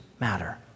matter